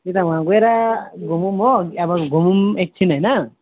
त्यता गएर घुमौँ हो अब घुमौँ एकछिन होइन